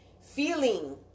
feeling